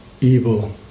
evil